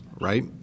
right